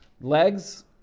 legs